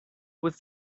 with